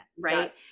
right